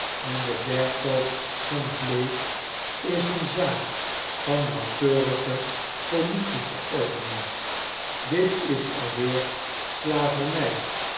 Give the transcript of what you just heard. en den verkoop van vleesch is een zaak van nauwkeurige politie verordening dit is alweer slaverng